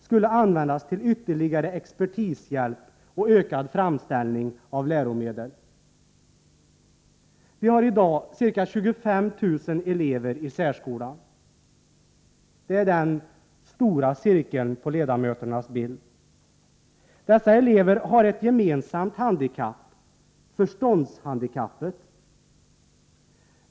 skulle användas till ytterligare expertishjälp och ökad framställning av läromedel. Vi har i dag ca 25 000 elever i särskolan — det är den stora cirkeln på ledamöternas bild. Dessa elever har ett gemensamt handikapp, förståndshandikappet.